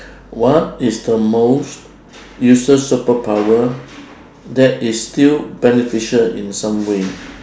what is the most useless super power that is still beneficial in some way